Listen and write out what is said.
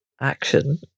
action